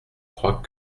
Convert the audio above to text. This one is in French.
crois